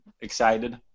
excited